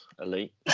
elite